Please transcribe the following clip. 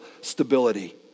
stability